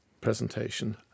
presentation